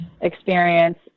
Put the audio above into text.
experience